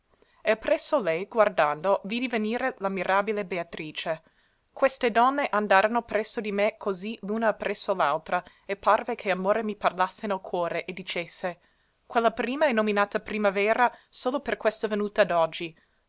e appresso lei guardando vidi venire la mirabile beatrice queste donne andaro presso di me così l'una appresso l'altra e parve che amore mi parlasse nel cuore e dicesse quella prima è nominata primavera solo per questa venuta d'oggi